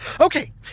Okay